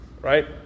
right